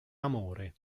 amore